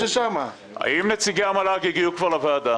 האם נציגי המל"ג הגיעו כבר לוועדה?